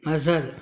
Azhar